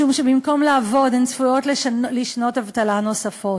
משום שבמקום לעבוד הן צפויות לשנות אבטלה נוספות.